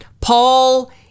paul